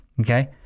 Okay